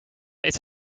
iets